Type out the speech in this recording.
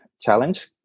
challenge